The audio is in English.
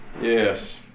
Yes